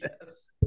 yes